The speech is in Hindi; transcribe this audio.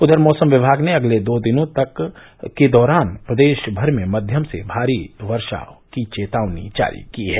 उधर मौसम विभाग ने अगले दो दिनों के दौरान प्रदेष भर में मध्यम से भारी वर्शा की चेतावनी जारी की है